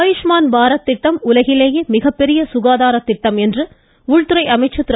ஆயுஷ்மான் பாரத் திட்டம் உலகிலேயே மிகப்பெரிய சுகாதாரத் திட்டம் என்று உள்துறை அமைச்சர் திரு